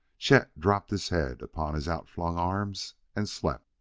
chet dropped his head upon his outflung arms and slept.